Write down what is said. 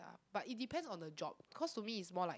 ya but it depends on the job cause to me is more like